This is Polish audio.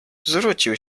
zwrócił